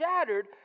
shattered